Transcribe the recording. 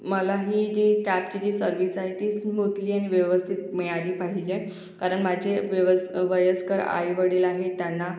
मला ही जी कॅबची जी सर्विस आहे ती स्मूतली आणि व्यस्थित मिळाली पाहिजे कारण माजे व्यवस् वयस्कर आईवडील आहे त्यांना